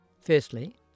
Firstly